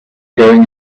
going